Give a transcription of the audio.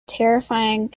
terrifying